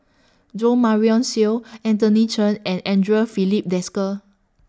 Jo Marion Seow Anthony Chen and Andre Filipe Desker